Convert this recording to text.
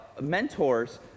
mentors